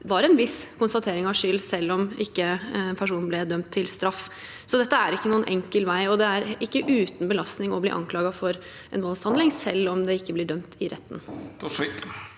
var en viss konstatering av skyld, selv om personen ikke ble dømt til straff. Dette er ingen enkel vei. Det er ikke uten belastning å bli anklaget for en voldshandling, selv om man ikke blir dømt i retten.